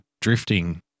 drifting